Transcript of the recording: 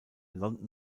london